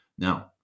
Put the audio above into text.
Now